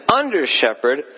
under-shepherd